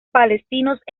palestinos